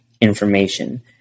information